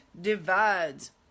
divides